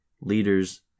leaders